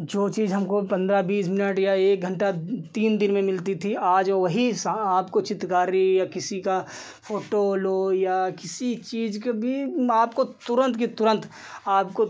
जो चीज़ हमको पन्द्रह बीस मिनट या एक घन्टा तीन दिन में मिलती थी आज वही सा आपको चित्रकारी या किसी का फ़ोटो लो या किसी चीज़ के भी आपको तुरन्त के तुरन्त आपको